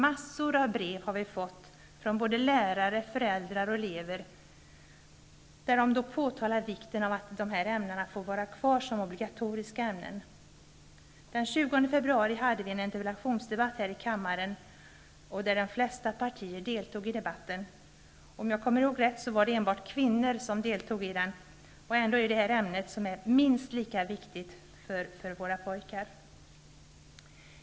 Massor av brev från lärare, föräldrar och elever har vi fått, där man framhåller vikten av att dessa ämnen får vara kvar som obligatoriska ämnen. Den 20 februari hade vi här i kammaren en interpellationsdebatt, där de flesta partier deltog. Om jag kommer ihåg rätt var det enbart kvinnor som deltog i den debatten. Ändå är detta ämnen som är lika viktiga för våra pojkar.